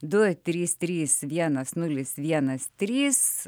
du trys trys vienas nulis vienas trys